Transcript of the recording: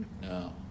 No